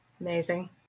Amazing